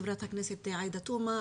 חברת הכנסת עאידה תומא,